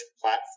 platform